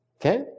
Okay